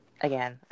again